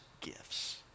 gifts